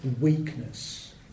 weakness